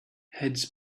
heads